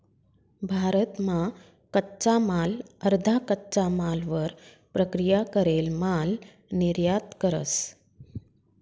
भारत मा कच्चा माल अर्धा कच्चा मालवर प्रक्रिया करेल माल निर्यात करस